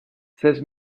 seize